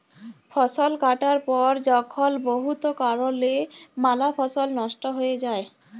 ফসল কাটার পর যখল বহুত কারলে ম্যালা ফসল লস্ট হঁয়ে যায়